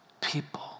people